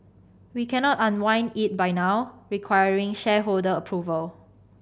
we cannot unwind it by now requiring shareholder approval